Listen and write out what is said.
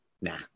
nah